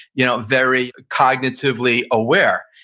you know very cognitively aware?